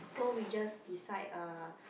so we just decide uh